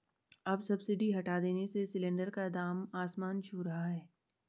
अब सब्सिडी हटा देने से सिलेंडर का दाम आसमान छू रहा है